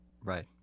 Right